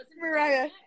Mariah